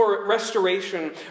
restoration